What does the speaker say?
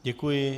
Děkuji.